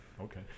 Okay